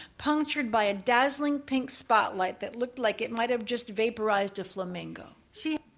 punctured by a dazzling, pink spotlight that looked like it might have just vaporized a flamingo. she.